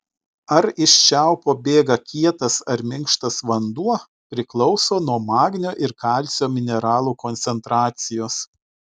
ar iš čiaupo bėga kietas ar minkštas vanduo priklauso nuo magnio ir kalcio mineralų koncentracijos